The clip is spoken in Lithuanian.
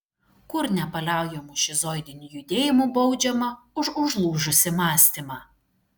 kur nepaliaujamu šizoidiniu judėjimu baudžiama už užlūžusį mąstymą